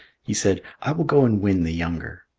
he said, i will go and win the younger.